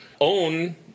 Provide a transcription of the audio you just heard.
own